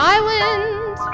Island